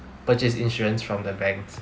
purchase insurance from the banks